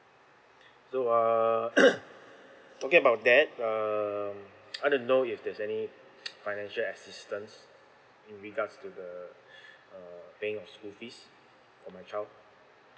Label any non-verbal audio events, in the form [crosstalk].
so uh [coughs] talking about that um I don't know if there's any financial assistance in regards to the uh paying of school fees for my child